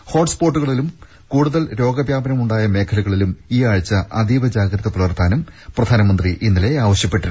ഹോട്ട്സ്പോട്ടുകളിലും കൂടുതൽ രോഗവ്യാപനമുണ്ടായ മേഖലകളിലും ഈ ആഴ്ച അതീവ ജാഗ്രത പുലർത്താനും പ്രധാനമന്ത്രി ഇന്നലെ ആവശ്യപ്പെട്ടു